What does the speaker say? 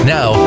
Now